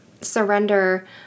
surrender